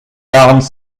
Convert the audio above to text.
larmes